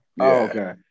Okay